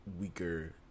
weaker